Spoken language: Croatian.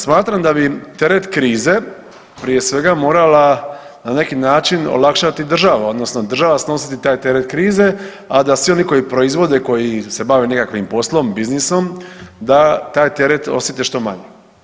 Smatram da bi teret krize prije svega morala na neki način olakšati država, odnosno država snositi taj teret krize, a da svi oni koji proizvode, koji se bave nekakvim poslom, biznisom da taj teret osjete što manje.